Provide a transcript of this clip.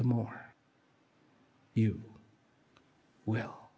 the more you will